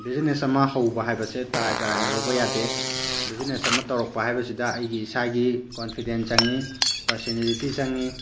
business ꯑꯃ ꯍꯧꯕ ꯍꯥꯏꯕꯁꯦ ꯇꯔꯥꯏ ꯇꯔꯥꯏꯅ ꯂꯧꯕ ꯌꯥꯗꯦ ꯕꯤꯖꯤꯅꯦꯁ ꯑꯃ ꯇꯧꯔꯛꯄ ꯍꯥꯏꯕꯁꯤꯗ ꯑꯩꯒꯤ ꯏꯁꯥꯒꯤ ꯀꯣꯟꯐꯤꯗꯦꯟ ꯆꯪꯉꯤ ꯄꯥꯔꯁꯟꯅꯦꯂꯤꯇꯤ ꯆꯪꯉꯤ